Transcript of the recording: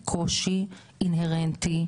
חוץ מהשקדייה שיש לה איזה קריאת כיוון מאוד מעניינת,